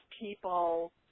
people